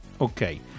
Okay